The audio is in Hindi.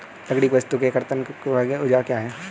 लकड़ी की वस्तु के कर्तन में उपयोगी औजार क्या हैं?